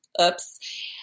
Oops